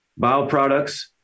Bioproducts